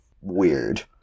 weird